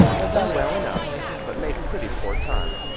i done well enough, but made pretty poor time.